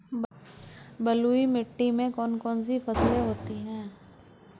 बलुई मिट्टी में कौन कौन सी फसलें होती हैं?